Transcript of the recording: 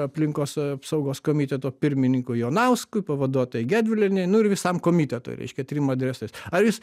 aplinkos apsaugos komiteto pirmininkui jonauskui pavaduotojai gedvilienei nu ir visam komitetui reiškia trim adresais ar jūs